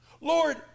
Lord